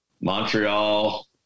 Montreal